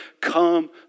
Come